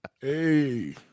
Hey